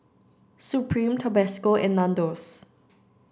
Supreme Tabasco and Nandos